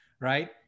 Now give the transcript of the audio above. right